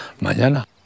mañana